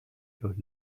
los